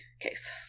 case